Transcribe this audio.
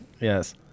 Yes